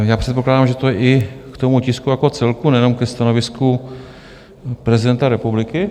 Tak já předpokládám, že to je i k tomu tisku jako celku, nejenom ke stanovisku prezidenta republiky.